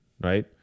right